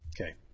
Okay